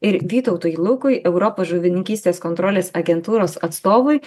ir vytautui lukui europos žuvininkystės kontrolės agentūros atstovui